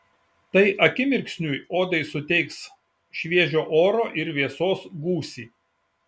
tai akimirksniui odai suteiks šviežio oro ir vėsos gūsį